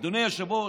אדוני היושב-ראש,